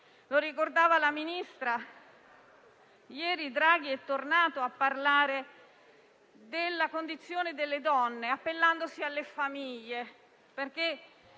Lo ricordava la Ministra: ieri Draghi è tornato a parlare della condizione delle donne, appellandosi alle famiglie,